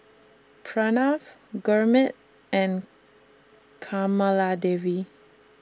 Pranav Gurmeet and Kamaladevi